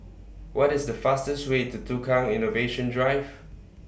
What IS The fastest Way to Tukang Innovation Drive